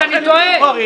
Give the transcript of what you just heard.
בסדר, אז אני טועה.